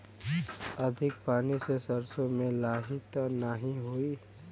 अधिक पानी से सरसो मे लाही त नाही होई?